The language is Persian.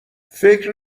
فکر